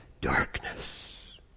darkness